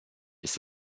ist